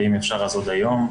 ואם אפשר אז עוד היום,